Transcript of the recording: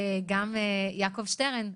גם ליעקב שטרן,